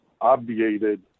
obviated